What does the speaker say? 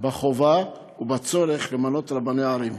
בתי-המשפט בחובה ובצורך למנות רבני ערים.